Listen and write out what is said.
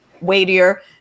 weightier